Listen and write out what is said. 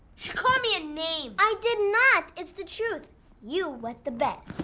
she called me a name. i did not. it's the truth you wet the bed.